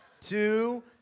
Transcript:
two